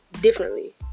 differently